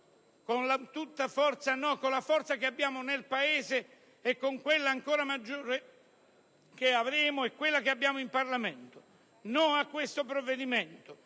la forza che abbiamo nel Paese, con quella sempre maggiore che avremo e con quella che abbiamo in Parlamento. Diciamo no a questo provvedimento,